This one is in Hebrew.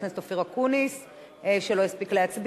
(הפחתת גמלאות עקב פשע שבוצע מתוך מניע לאומני או בזיקה לפעילות טרור),